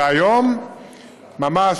והיום ממש,